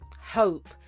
hope